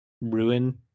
ruin